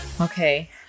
Okay